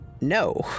No